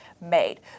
made